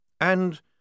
And